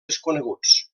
desconeguts